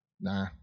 Nah